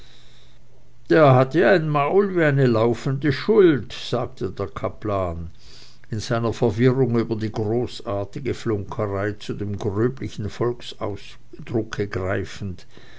der hat ja ein maul wie eine laufende schuld sagte der kaplan in seiner verwirrung über die großartige flunkerei zu dem gröblichen volksausdrucke greifend